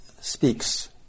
speaks